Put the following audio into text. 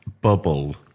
bubble